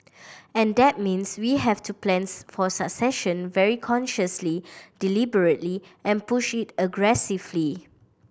and that means we have to plans for succession very consciously deliberately and push it aggressively